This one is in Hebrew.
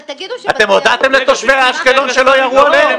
אתם הודעתם לתושבי אשקלון שלא ירו עליהם?